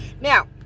Now